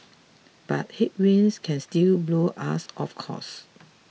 but headwinds can still blow us off course